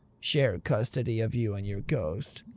share custody of you and your ghost.